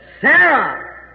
Sarah